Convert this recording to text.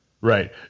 Right